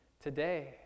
today